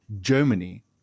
Germany